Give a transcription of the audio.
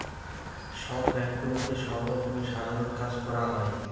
সব ব্যাঙ্কগুলোতে সব রকমের সাধারণ কাজ করা হয়